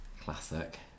Classic